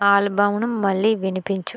ఆల్బమ్ను మళ్ళీ వినిపించుము